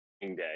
day